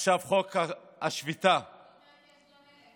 עכשיו חוק השפיטה, עוד מעט יש גם מלך.